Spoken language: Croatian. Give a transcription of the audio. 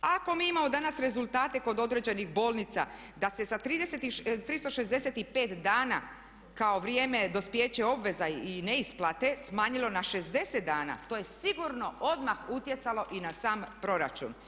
Ako mi imamo danas rezultate kod određenih bolnica da se 365 dana kao vrijeme dospijeća obveza i neisplate smanjilo na 60 dana to je sigurno odmah utjecalo i na sam proračun.